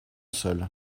seul